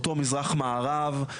אותו מזרח מערב,